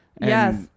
Yes